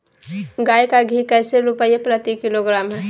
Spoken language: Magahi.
गाय का घी कैसे रुपए प्रति किलोग्राम है?